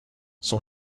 son